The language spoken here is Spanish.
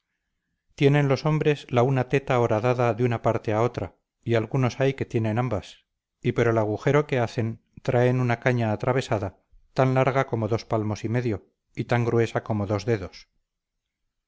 tienen los hombres la una teta horadada de una parte a otra y algunos hay que tienen ambas y por el agujero que hacen traen una caña atravesada tan larga como dos palmos y medio y tan gruesa como dos dedos